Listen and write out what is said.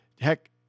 heck